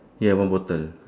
ya one bottle